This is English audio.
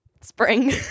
Spring